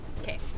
Okay